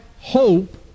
hope